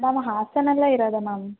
ನಾವು ಹಾಸನದಲ್ಲೇ ಇರೋದು ಮ್ಯಾಮ್